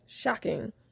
shocking